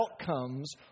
outcomes